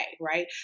right